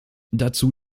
dazu